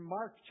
Mark